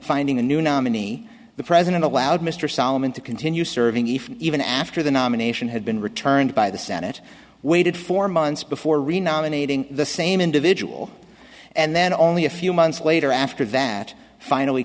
finding a new nominee the president allowed mr solomon to continue serving if even after the nomination had been returned by the senate waited four months before renominating the same individual and then only a few months later after that finally